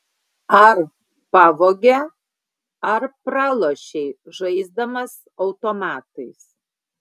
ar pavogė ar pralošei žaisdamas automatais